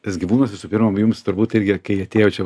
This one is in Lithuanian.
tas gyvūnas visų pirma jums turbūt irgi kai atėjot čia